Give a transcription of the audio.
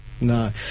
no